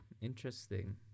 Interesting